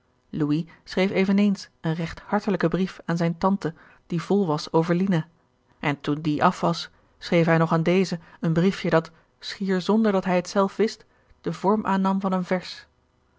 louis schreef eveneens een recht hartelijken brief aan zijne tante die vol was over lina en toen die af was schreef hij nog aan deze een briefje dat schier zonder dat hij het zelf wist den vorm aannam van een vers